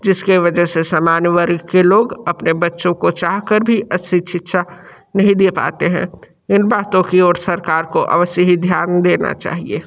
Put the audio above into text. जिसके वजह से सामान्य वर्ग के लोग अपने बच्चों को चाह कर भी अच्छी शिक्षा नहीं दे पाते हैं इन बातों की ओर सरकार को अवश्य ही ध्यान देना चाहिए